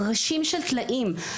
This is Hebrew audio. בראשים של טלאים.